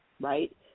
right